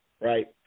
Right